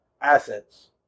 assets